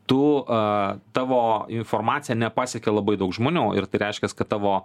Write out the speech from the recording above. tu a tavo informacija nepasiekia labai daug žmonių ir tai reiškias kad tavo